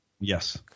Yes